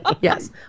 Yes